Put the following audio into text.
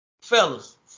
Fellas